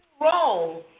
wrong